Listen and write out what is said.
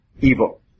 evil